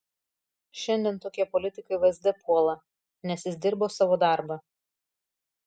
šiandien tokie politikai vsd puola nes jis dirbo savo darbą